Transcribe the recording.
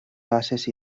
basses